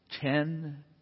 ten